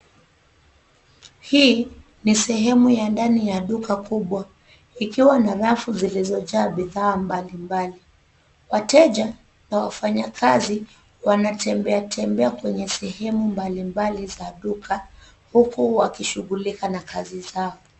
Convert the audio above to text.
Hii ni sehemu ya ndani ya duka kubwa ikiwa na rafu zilizojaa bidhaa mbalimbali. Wateja na wafanyakazi wanatembeatembea kwenye sehemu mbalimbali za duka huku wakishughulika na kazi zao.